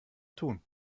tun